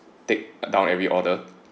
take down every order